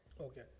Okay